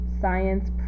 science